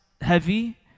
heavy